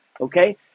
okay